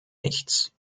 nichts